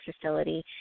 facility